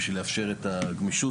בשביל לאפשר את הגמישות,